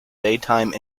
daytime